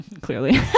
Clearly